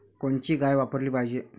कोनची गाय वापराली पाहिजे?